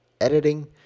editing